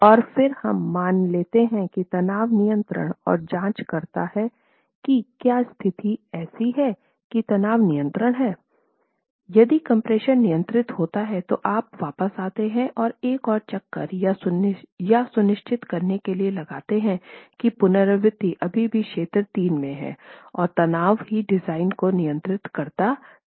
और फिर हम मान लेते हैं कि तनाव नियंत्रण और जाँच करता है कि क्या स्थिति ऐसी है कि तनाव नियंत्रण हैं यदि कम्प्रेशन नियंत्रित होता है तो आप वापस आते हैं और एक और चक्कर यह सुनिश्चित करने के लिए लगाते हैं की पुनरावृति अभी भी क्षेत्र 3 में हैं और तनाव ही डिज़ाइन को नियंत्रित करता है